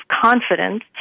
confidence